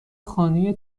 خانه